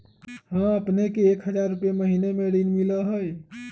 हां अपने के एक हजार रु महीने में ऋण मिलहई?